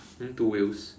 um two wheels